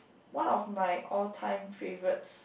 one of my all time favourites